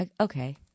okay